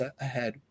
ahead